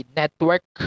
network